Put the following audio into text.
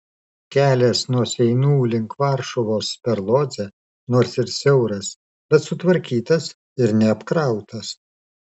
kelias nuo seinų link varšuvos per lodzę nors ir siauras bet sutvarkytas ir neapkrautas